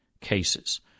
cases